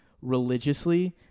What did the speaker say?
religiously